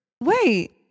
Wait